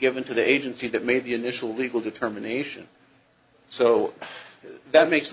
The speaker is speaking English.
given to the agency that made the initial legal determination so that makes no